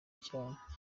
cyane